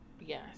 Yes